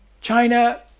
China